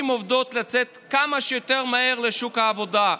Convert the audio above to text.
עובדות לצאת כמה שיותר מהר לשוק העבודה,